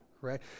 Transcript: right